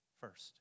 first